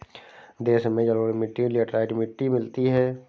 देश में जलोढ़ मिट्टी लेटराइट मिट्टी मिलती है